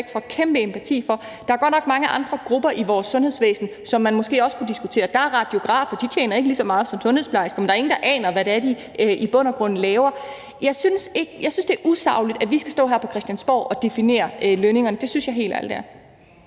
for, kæmpe empati med, men der er godt nok mange andre grupper i vores sundhedsvæsen, som man måske også kunne diskutere. Der er radiografer, og de tjener ikke lige så meget som sundhedsplejerskerne, men der er ingen, der aner, hvad det er, de i bund og grund laver. Jeg synes, det er usagligt, at vi skal stå her på Christiansborg og definere lønningerne – det synes jeg helt ærligt